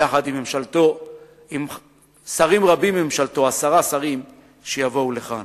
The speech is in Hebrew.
יחד עם שרים רבים מממשלתו, עשרה שרים, שיבואו לכאן